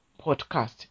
podcast